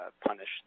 punish